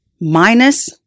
minus